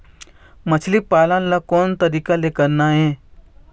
मछली पालन ला कोन तरीका ले करना ये?